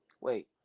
wait